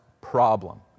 problem